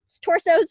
torsos